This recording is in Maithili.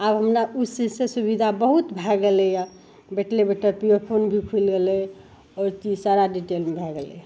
आब हमरा उसी से सुविधा बहुत भै गेलैए बैठले बैठल पिओफोन भी खुलि गेलै आओर चीज सारा डिटेलमे भै गेलै